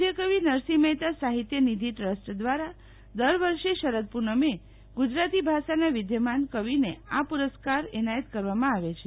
આધકવિ નરસિંહ મફેતા સાફિત્ય નિધિ ટ્રસ્ટ દ્વારા દર વર્ષ શરદ પેનમે ગુજરાતી ભાષાનાં વિદ્યમાન કવિને આ પુરસ્કારે એનાયત કરવામાં આવે છે